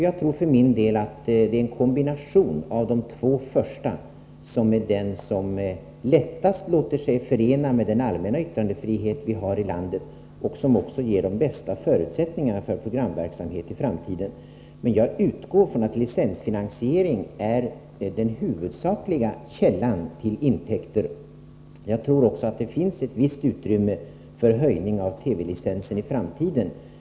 Jag tror för min del att det är en kombination av de två första som lättast låter sig förena med den allmänna yttrandefrihet vi har i detta land och som också ger de bästa förutsättningarna för programverksamhet i framtiden. Men jag utgår från att licensfinansiering är den huvudsakliga källan till intäkter. Jag tror också att det finns ett visst utrymme för höjning av TV-licensen i framtiden.